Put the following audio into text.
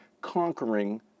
conquering